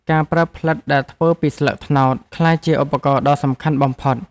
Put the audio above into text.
ការប្រើផ្លិតដែលធ្វើពីស្លឹកត្នោត ក្លាយជាឧបករណ៍ដ៏សំខាន់បំផុត។